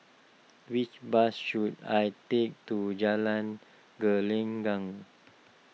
which bus should I take to Jalan Gelenggang